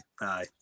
aye